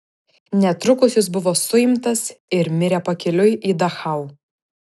netrukus jis buvo suimtas ir mirė pakeliui į dachau